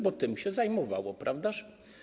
Bo tym się zajmowało, prawdaż?